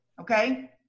Okay